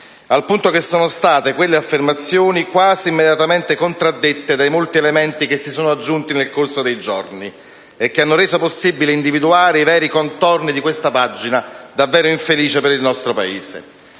Al punto che quelle affermazioni sono state quasi immediatamente contraddette dai molti elementi che si sono aggiunti nel corso dei giorni e che hanno reso possibile individuare i veri contorni di questa pagina davvero infelice per il nostro Paese.